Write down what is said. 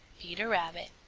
peter rabbit.